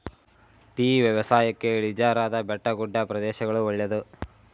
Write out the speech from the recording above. tea ವ್ಯವಸಾಯಕ್ಕೆ ಇಳಿಜಾರಾದ ಬೆಟ್ಟಗುಡ್ಡ ಪ್ರದೇಶಗಳು ಒಳ್ಳೆದು